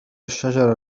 الشجرة